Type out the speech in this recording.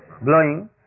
blowing